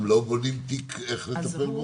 גם לו בונים תיק איך לטפל בו?